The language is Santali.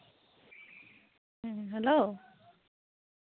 ᱦᱮᱸ ᱦᱮᱞᱳ